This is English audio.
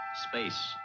space